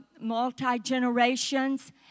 multi-generations